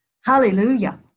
hallelujah